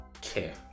care